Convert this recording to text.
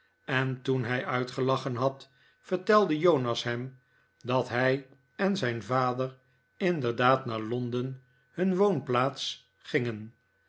en toen hij uitgelachen had vertelde jonas hem dat hij en zijn vader inderdaad naar londen hun woonplaats gingen